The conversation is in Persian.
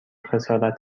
خسارت